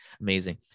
amazing